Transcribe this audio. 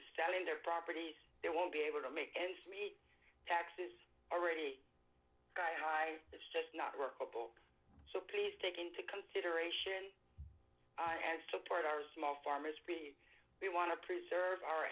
study their properties they won't be able to make ends meet taxes already got high it's just not workable so please take into consideration and support our small farmers be we want to preserve our